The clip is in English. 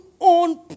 own